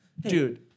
Dude